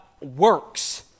works